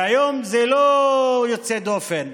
והיום זה לא יוצא דופן.